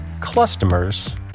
customers